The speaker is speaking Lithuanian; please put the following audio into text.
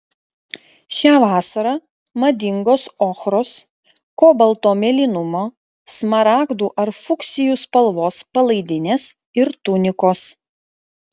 šią vasarą madingos ochros kobalto mėlynumo smaragdų ar fuksijų spalvos palaidinės ir tunikos